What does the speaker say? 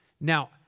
Now